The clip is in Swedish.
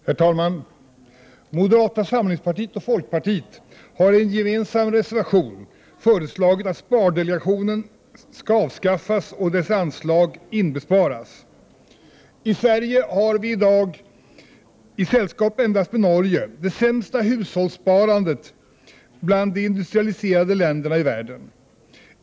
Herr talman! Moderata samlingspartiet och folkpartiet har i en gemensam reservation föreslagit att spardelegationen skall avskaffas och dess anslag inbesparas. I Sverige har vi i dag — i sällskap endast med Norge — det sämsta hushållssparandet bland de industrialiserade länderna i världen.